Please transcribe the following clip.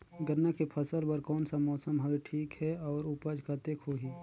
गन्ना के फसल बर कोन सा मौसम हवे ठीक हे अउर ऊपज कतेक होही?